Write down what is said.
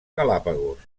galápagos